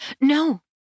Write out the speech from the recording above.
No